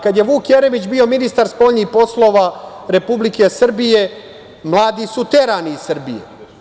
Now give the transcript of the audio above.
Kada je Vuk Jeremić bio ministar spoljnih poslova Republike Srbije, mladi su terani iz Srbije.